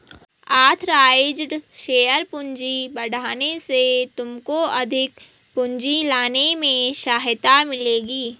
authorised share पूंजी बढ़ाने से तुमको अधिक पूंजी लाने में सहायता मिलेगी